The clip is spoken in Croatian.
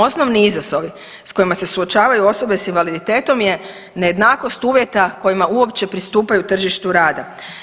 Osnovni izazovi s kojima se suočavaju osobe s invaliditetom je nejednakost uvjeta kojima uopće pristupaju tržištu rada.